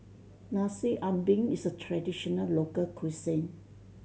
Nasi Ambeng is a traditional local cuisine